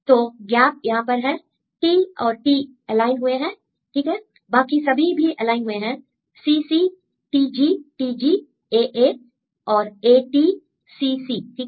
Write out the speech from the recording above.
तो गैप यहां पर है T और T एलाइन हुए हैं ठीक है बाकी सभी भी एलाइन हुए हैं CC TG TG AA और AT CC ठीक है